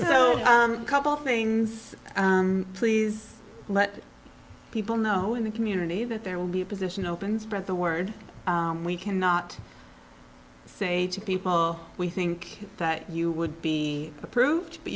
know couple things please let people know in the community that there will be a position open spread the word we cannot say to people we think that you would be approved but